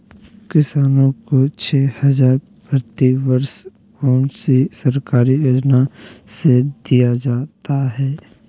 किसानों को छे हज़ार प्रति वर्ष कौन सी सरकारी योजना से दिया जाता है?